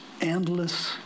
endless